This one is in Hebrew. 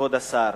כבוד השר,